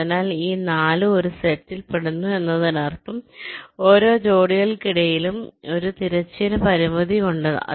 അതിനാൽ ഈ 4 ഒരു സെറ്റിൽ പെടുന്നു എന്നതിനർത്ഥം ഓരോ ജോഡികൾക്കിടയിലും ഒരു തിരശ്ചീന പരിമിതി ഉണ്ടെന്നാണ്